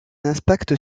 impact